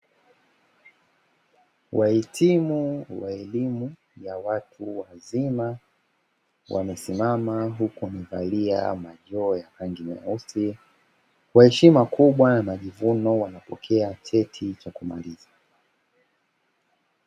Wahitimu wa elimu ya watu wazima, wamesimama huku wamevalia majoho ya rangi nyeusi. Kwa heshima kubwa na majivuno wanapokea cheti cha kumaliza.